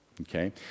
okay